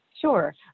Sure